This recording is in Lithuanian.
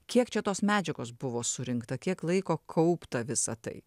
kiek čia tos medžiagos buvo surinkta kiek laiko kaupta visa tai